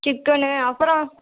chicken அப்புறோம்